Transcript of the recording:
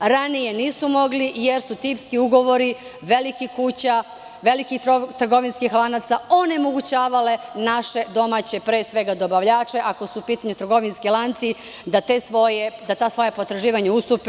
To ranije nisu mogli jer su tipski ugovori velikih kuća, velikih trgovinskih lanaca onemogućavale naše domaće dobavljače, ako su u pitanju trgovinski lanci, da ta svoja potraživanja ustupe.